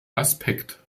aspekt